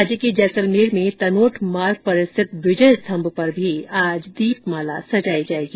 राज्य के जैसलमेर में तनोट मार्ग पर स्थित विजय स्तंभ पर भी आज दीपमाला सजाई जाएगी